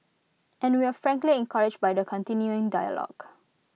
and we're frankly encouraged by the continuing dialogue